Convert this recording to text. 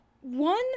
One